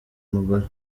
mugore